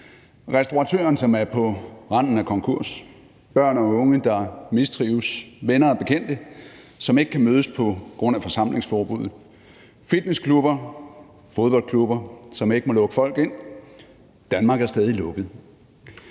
restauratøren, som er på randen af konkurs, børn og unge, der mistrives, venner og bekendte, som ikke kan mødes på grund af forsamlingsforbuddet, fitnessklubber og fodboldklubber, som ikke må lukke folk ind. Danmark er stadig lukket.